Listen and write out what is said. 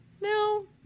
no